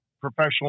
professional